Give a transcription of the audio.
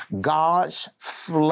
God's